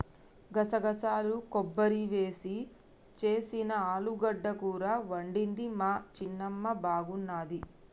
గసగసాలు కొబ్బరి వేసి చేసిన ఆలుగడ్డ కూర వండింది మా చిన్నమ్మ బాగున్నది